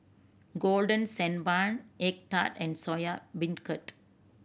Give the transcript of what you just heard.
Golden Sand Bun egg tart and Soya Beancurd